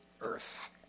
earth